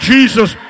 Jesus